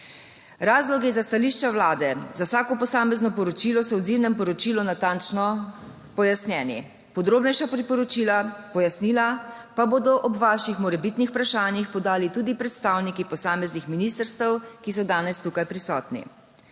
Razlogi za stališča Vlade za vsako posamezno poročilo so v odzivnem poročilu natančno pojasnjeni. Podrobnejša pojasnila pa bodo ob vaših morebitnih vprašanjih podali tudi predstavniki posameznih ministrstev, ki so danes tukaj prisotni.